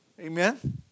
Amen